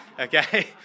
okay